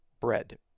bread